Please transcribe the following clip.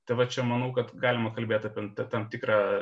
tai va čia manau kad galima kalbėt apie tam tikrą